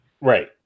Right